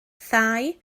thai